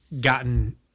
gotten